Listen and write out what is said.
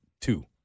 two